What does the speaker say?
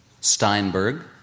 Steinberg